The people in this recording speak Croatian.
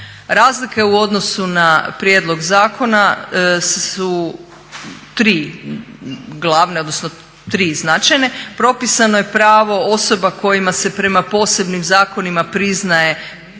Razlike u odnosu na prijedlog zakona su tri glavne, odnosno tri značajne. Propisano je pravo osoba kojima se prema posebnim zakonima priznaje